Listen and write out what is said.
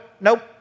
nope